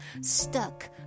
stuck